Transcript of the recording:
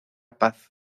paz